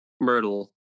Myrtle